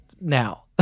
now